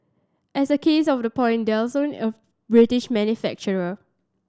as a case of the point Dyson of British manufacturer